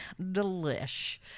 Delish